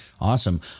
Awesome